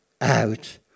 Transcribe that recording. out